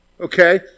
okay